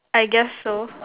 I guess so